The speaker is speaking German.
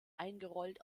eingerollt